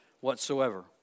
whatsoever